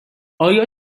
آیا